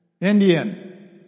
Indian